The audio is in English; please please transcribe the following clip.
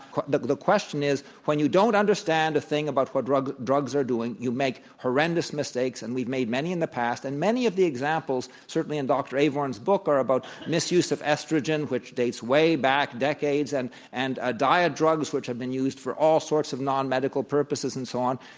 the the question is, when you don't understand a thing about what drugs drugs are doing, you make horrendous mistakes. and we've made many in the past. and many of the examples, certainly in dr. avorn's book, are about misuse of estrogen, which dates way back, decades and and ah diet drugs, which have been used for all sorts of non-medical purposes and so on.